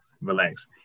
relax